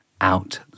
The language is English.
out